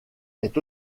est